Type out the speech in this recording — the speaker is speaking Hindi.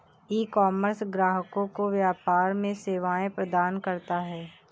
ईकॉमर्स ग्राहकों को व्यापार में सेवाएं प्रदान करता है